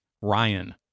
ryan